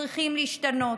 שצריכים להשתנות.